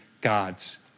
God's